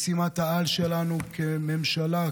משימת-העל שלנו בממשלה,